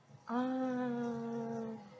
uh